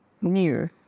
new